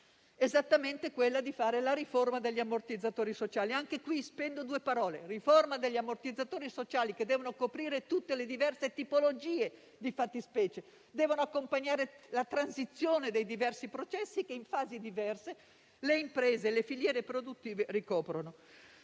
politiche di sistema, la riforma degli ammortizzatori sociali. Anche su questo spendo due parole: riforma degli ammortizzatori sociali, che devono coprire tutte le diverse fattispecie e accompagnare la transizione dei diversi processi, che in fasi diverse le imprese e le filiere produttive ricoprono.